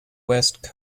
west